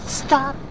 stop